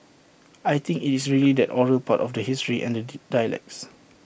I think IT is really that oral part of the history and the dialects